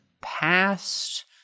past